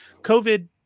COVID